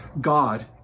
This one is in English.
God